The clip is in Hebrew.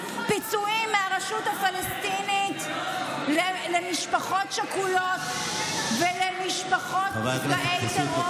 פיצויים מהרשות הפלסטינית למשפחות שכולות ולמשפחות נפגעי טרור,